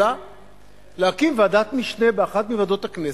אלא להקים ועדת משנה באחת מוועדות הכנסת,